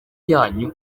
yanyu